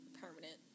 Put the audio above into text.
permanent